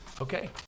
Okay